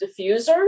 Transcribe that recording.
diffusers